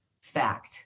fact